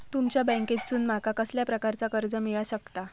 तुमच्या बँकेसून माका कसल्या प्रकारचा कर्ज मिला शकता?